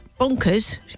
Bonkers